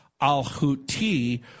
al-Houthi